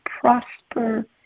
prosper